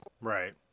Right